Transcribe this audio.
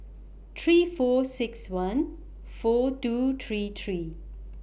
three four six one four two three three